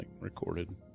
recorded